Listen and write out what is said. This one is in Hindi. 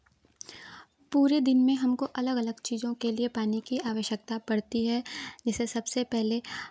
पूरे दिन में हमको अलग अलग चीज़ों के लिए पानी की आवश्यकता पड़ती है जैसे सबसे पहले